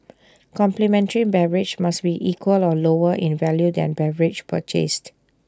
complimentary beverage must be equal or lower in value than beverage purchased